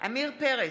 עמיר פרץ,